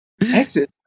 Exit